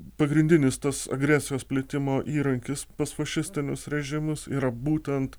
pagrindinis tos agresijos plitimo įrankis pas fašistinius režimus yra būtent